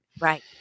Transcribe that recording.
Right